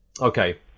Okay